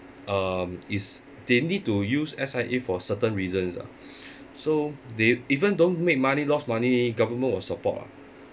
um is they need to use S_I_A for certain reasons ah so they even don't make money lost money government will support lah